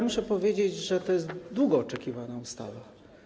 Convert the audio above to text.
Muszę powiedzieć, że to jest długo oczekiwana ustawa.